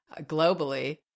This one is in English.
globally